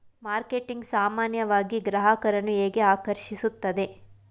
Marketing ಸಾಮಾನ್ಯವಾಗಿ ಗ್ರಾಹಕರನ್ನು ಹೇಗೆ ಆಕರ್ಷಿಸುತ್ತದೆ?